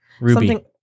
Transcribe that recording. Ruby